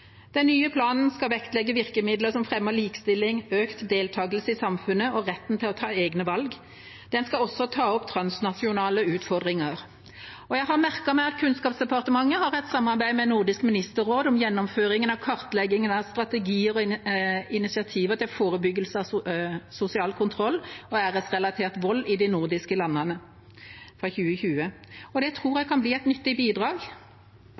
Den nye planen skal vektlegge virkemidler som fremmer likestilling, økt deltagelse i samfunnet og retten til å ta egne valg. Den skal også ta opp transnasjonale utfordringer. Jeg har merket meg at Kunnskapsdepartementet har et samarbeid med Nordisk ministerråd om gjennomføringen av kartleggingen «Strategier og initiativer til forebyggelse af negativ social kontrol og æresrelateret vold i de nordiske lande» fra 2020. Det tror jeg kan bli et nyttig bidrag.